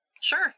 Sure